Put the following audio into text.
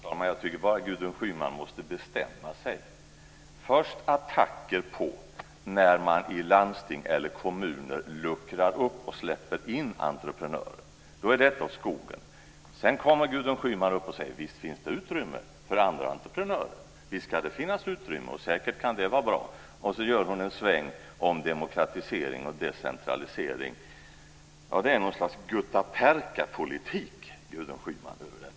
Fru talman! Jag tycker bara att Gudrun Schyman måste bestämma sig. Först kommer hon med attacker när man i landsting eller kommuner luckrar upp och släpper in entreprenörer. Då är det åt skogen. Sedan kommer Gudrun Schyman upp och säger: Visst finns det utrymme för andra entreprenörer. Visst ska det finnas utrymme och det kan säkert vara bra. Så gör hon en sväng om demokratisering och decentralisering. Det är någon slags guttaperkapolitik över detta,